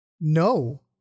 no